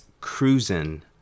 cruising